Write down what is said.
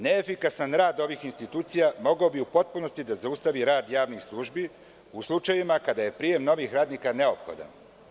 Neefikasan rad ovih institucija mogao bi u potpunosti da zaustavi rad javnih službi u slučajevima kada je prijem novih radnika neophodan.